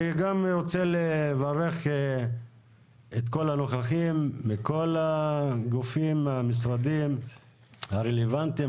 אני גם רוצה לברך את כל הנוכחים מכל הגופים המשרדיים הרלוונטיים,